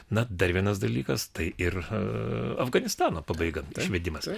na dar vienas dalykas tai ir afganistano pabaiga išvedimas